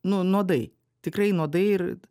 nu nuodai tikrai nuodai ir